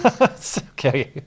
Okay